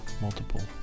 multiple